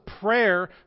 prayer